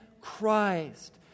Christ